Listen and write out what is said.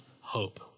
hope